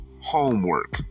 homework